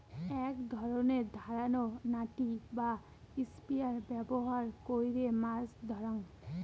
এক ধরণের ধারালো নাঠি বা স্পিয়ার ব্যবহার কইরে মাছ ধরাঙ